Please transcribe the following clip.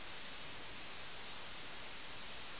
പരാജിതനായ Mirza chess കളിയുടെ മര്യാദയെച്ചൊല്ലി വഴക്കുണ്ടാക്കുന്നു